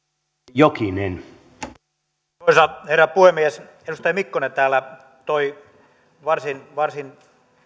arvoisa herra puhemies edustaja mikkonen toi varsin varsin